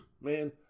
man